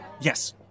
Yes